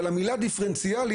אבל המילה דיפרנציאלי,